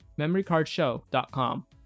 MemoryCardShow.com